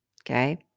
Okay